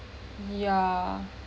yeah